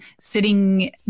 sitting